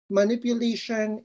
manipulation